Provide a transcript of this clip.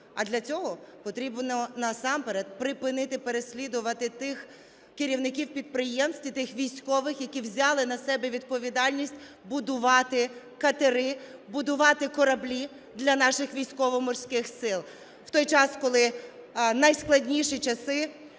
а для цього потрібно насамперед припинити переслідувати тих керівників підприємств і тих військових, які взяли на себе відповідальність будувати катери, будувати кораблі для наших Військово-Морських Сил в той час, коли найскладніші часи